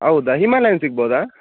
ಹೌದಾ ಹಿಮಾಲಯನ್ ಸಿಗ್ಬೋದ